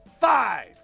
five